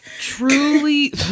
truly